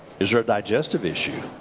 is there a digestive issue?